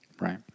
Right